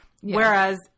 Whereas